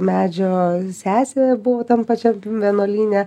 medžio sesė buvo tam pačiam vienuolyne